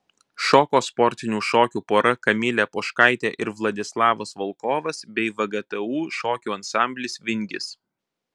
šoko sportinių šokių pora kamilė poškaitė ir vladislavas volkovas bei vgtu šokių ansamblis vingis